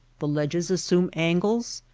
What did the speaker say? the ledges assume angles,